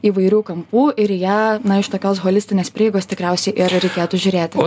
įvairių kampų ir į ją na iš tokios holistinės prieigos tikriausiai ir reikėtų žiūrėti